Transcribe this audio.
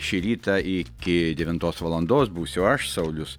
šį rytą iki devintos valandos būsiu aš saulius